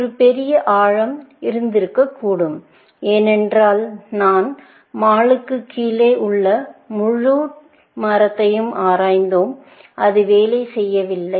ஒரு பெரிய ஆழம் இருக்கக்கூடும் ஏனென்றால் நாம் மாலுக்குக் கீழே உள்ள முழு மரத்தையும் ஆராய்ந்தோம் அது வேலை செய்யவில்லை